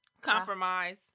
compromise